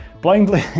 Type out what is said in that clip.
Blindly